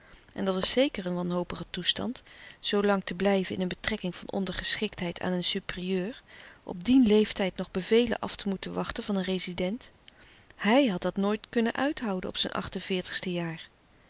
en dat was zeker een wanhopige toestand zoo lang te blijven in een betrekking van ondergeschiktheid aan een superieur op dien leeftijd nog bevelen af te moeten wachten van een rezident hij had dat nooit kunnen uithouden op zijn acht en veertigste jaar